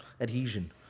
adhesion